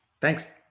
thanks